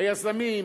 היזמים,